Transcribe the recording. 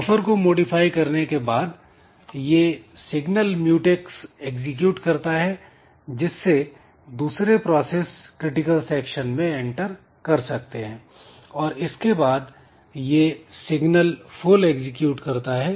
buffer को modify करने के बाद यह सिग्नल म्यूटेक्स एग्जीक्यूट करता है जिससे दूसरे प्रोसेस क्रिटिकल सेक्शन में एंटर कर सकते हैं और इसके बाद यह सिग्नल फुल एग्जीक्यूट करता है